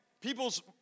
People's